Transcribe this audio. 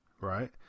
right